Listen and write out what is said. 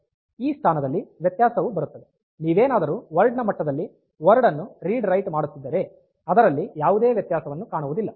ಈ ಸ್ಥಾನದಲ್ಲಿ ವ್ಯತ್ಯಾಸವು ಬರುತ್ತದೆ ನೀವೇನಾದರೂ ವರ್ಡ್ ನ ಮಟ್ಟದಲ್ಲಿ ವರ್ಡ್ ಅನ್ನು ರೀಡ್ ರೈಟ್ ಮಾಡುತ್ತಿದ್ದರೆ ಅದರಲ್ಲಿ ಯಾವುದೇ ವ್ಯತ್ಯಾಸವನ್ನು ಕಾಣುವುದಿಲ್ಲ